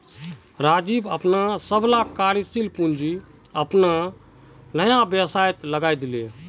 राजीव अपनार सबला कार्यशील पूँजी अपनार नया व्यवसायत लगइ दीले